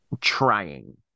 trying